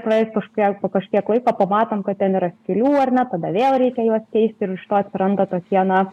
praėjus kažkokiai po kažkiek laiko pamatom kad ten yra skylių ar ne tada vėl reikia juos keisti ir iš to atsiranda tokie na